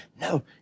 No